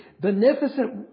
beneficent